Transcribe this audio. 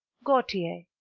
gautier,